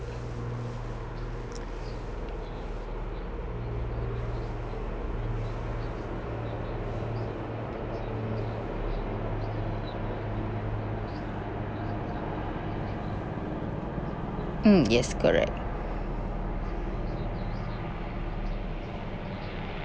mm yes correct